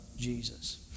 Jesus